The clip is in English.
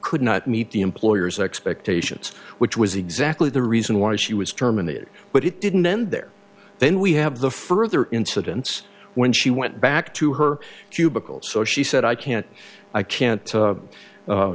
could not meet the employer's expectations which was exactly the reason why she was terminated but it didn't end there then we have the further incidents when she went back to her to bickles so she said i can't i can't